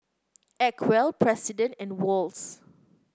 Acwell President and Wall's